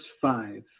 five